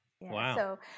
Wow